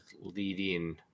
leading